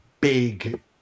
big